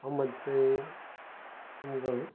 हांव मातशें तुमकां